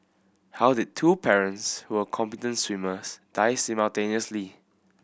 how did the two parents who were competent swimmers die simultaneously